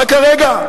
רק הרגע,